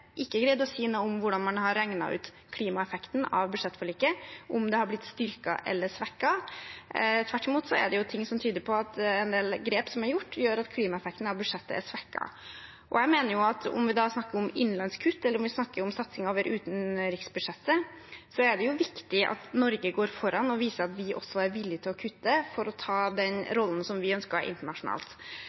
ikke greid å si noe om hvordan man har regnet ut klimaeffekten av budsjettforliket, om det har blitt styrket eller svekket. Tvert imot er det ting som tyder på at en del grep som er gjort, gjør at klimaeffekten av budsjettet er svekket. Jeg mener at enten det er snakk om kutt innenlands, eller vi snakker om satsinger over utenriksbudsjettet, er det viktig at Norge går foran og viser at vi også er villige til å kutte for å ta den rollen som vi ønsker internasjonalt.